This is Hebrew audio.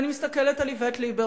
ואני מסתכלת על איווט ליברמן,